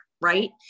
right